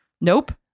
Nope